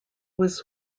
was